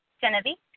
Genevieve